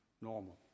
Normal